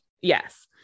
yes